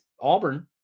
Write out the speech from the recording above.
Auburn